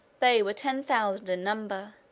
they were ten thousand in number.